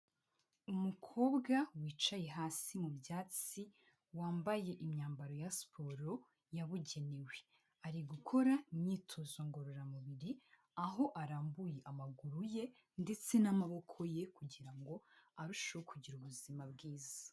Umukobwa wicaye hasi mu byatsi, wambaye imyambaro ya siporo yabugenewe. Ari gukora imyitozo ngororamubiri, aho arambuye amaguru ye ndetse n'amaboko ye kugira ngo arusheho kugira ubuzima bwiza.